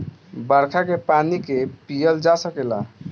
बरखा के पानी के पिअल जा सकेला